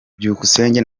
byukusenge